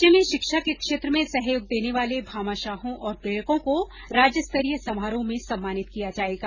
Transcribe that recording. राज्य में शिक्षा के क्षेत्र में सहयोग देने वाले भामाशाहों और प्रेरकों को राज्यस्तरीय समारोह में सम्मानित किया जायेगा